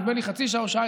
נדמה לי חצי שעה או שעה,